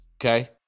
Okay